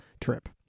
trip